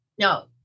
No